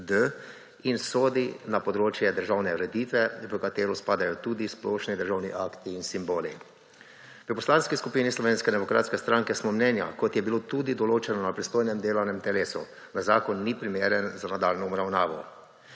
in sodi na področje državne ureditve, v katero spadajo tudi splošni državni akti in simboli. V Poslanski skupini Slovenske demokratske stranke smo mnenja, kot je bilo tudi določeno na pristojnem delovnem telesu, da zakon ni primeren za nadaljnjo obravnavo.